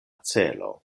celo